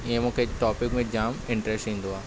ईअं मूंखे टॉपिक में जाम इंटरेस्ट ईंदो आहे